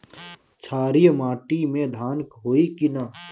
क्षारिय माटी में धान होई की न?